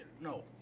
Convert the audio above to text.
No